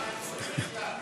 בן צור, בחייאת.